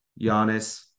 Giannis